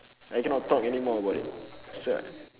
I cannot talk anymore about it so